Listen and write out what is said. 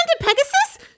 pegasus